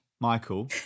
Michael